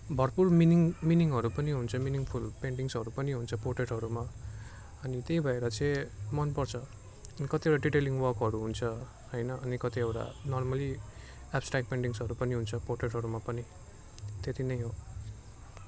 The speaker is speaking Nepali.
भरपुर मिनिङ मिनिङहरू पनि हुन्छ मिनिङफुल पेन्टिङ्ग्सहरू पनि हुन्छ पोट्रेटहरूमा अनि त्यही भएर चाहिँ मनपर्छ कतिवटा डिटेलिङ वर्कहरू हुन्छ होइन अनि कतिवटा नर्मली एब्सट्रेक्ट पेन्टिङ्ग्सहरू पनि हुन्छ पोट्रेटहरूमा पनि त्यति नै हो